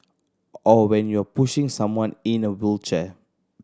or when you're pushing someone in a wheelchair